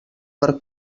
per